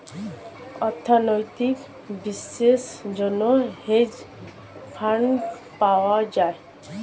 অর্থনৈতিক বিষয়ের জন্য হেজ ফান্ড পাওয়া যায়